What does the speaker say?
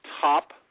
top